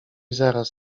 zaraz